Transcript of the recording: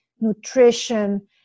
nutrition